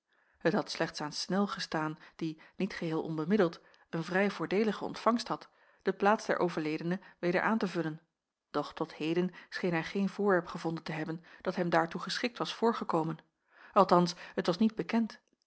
het had slechts aan snel gestaan die niet geheel onbemiddeld een vrij voordeelige ontvangst had de plaats der overledene weder aan te vullen doch tot heden scheen hij geen voorwerp gevonden te hebben dat hem daartoe geschikt was voorgekomen althans het was niet bekend